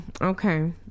okay